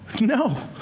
No